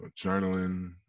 journaling